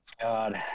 God